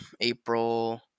April